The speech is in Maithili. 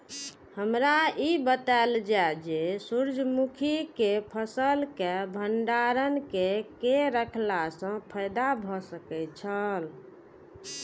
हमरा ई बतायल जाए जे सूर्य मुखी केय फसल केय भंडारण केय के रखला सं फायदा भ सकेय छल?